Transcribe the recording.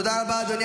תודה רבה, אדוני